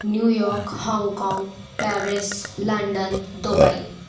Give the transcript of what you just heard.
New York Hong Kong Paris London Dubai